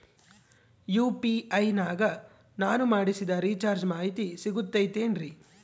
UPI ನಾಗ ನಾನು ಮಾಡಿಸಿದ ರಿಚಾರ್ಜ್ ಮಾಹಿತಿ ಸಿಗುತೈತೇನ್ರಿ?